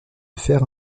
faire